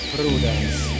Prudence